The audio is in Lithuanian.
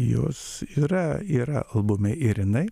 jos yra yra albume ir jinai